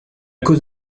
cause